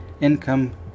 income